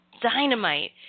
dynamite